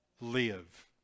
live